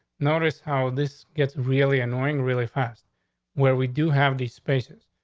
notice how this gets really annoying really fast where we do have these spaces.